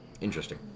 Interesting